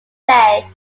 play